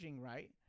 right